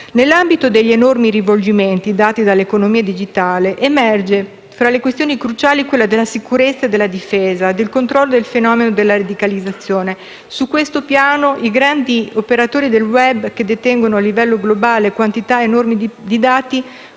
Nell'ambito degli enormi rivolgimenti dati dall'economia digitale emerge fra le questioni cruciali quella della sicurezza e della difesa, del controllo del fenomeno della radicalizzazione. Su questo piano i grandi operatori del *web*, che detengono a livello globale quantità enormi di dati,